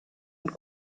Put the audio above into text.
und